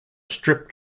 strip